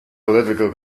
political